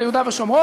על יהודה ושומרון,